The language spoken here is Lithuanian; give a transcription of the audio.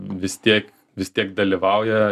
vis tiek vis tiek dalyvauja